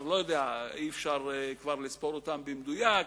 אי-אפשר כבר לספור אותם במדויק,